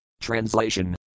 Translation